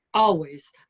always!